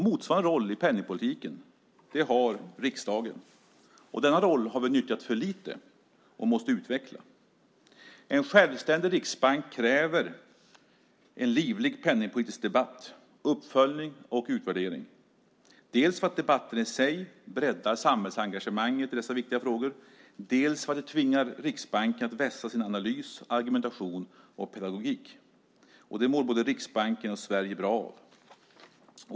Motsvarande roll i penningpolitiken har riksdagen, och denna roll har vi nyttjat för lite, och vi måste utveckla den. En självständig riksbank kräver en livlig penningpolitisk debatt, uppföljning och utvärdering, dels för att debatten i sig breddar samhällsengagemanget i dessa viktiga frågor, dels för att det tvingar Riksbanken att vässa sin analys, argumentation och pedagogik. Det mår både Riksbanken och Sverige bra av.